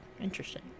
Interesting